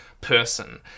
person